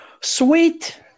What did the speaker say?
Sweet